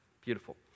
Beautiful